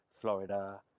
Florida